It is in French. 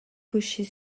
cocher